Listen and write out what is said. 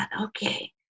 okay